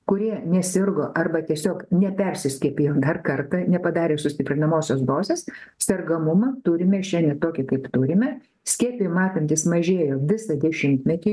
kurie nesirgo arba tiesiog nepersiskiepijo dar kartą nepadarė sustiprinamosios dozės sergamumą turime šiandien tokį kaip turime skiepijimo apimtys mažėjo visą dešimtmetį